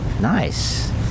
nice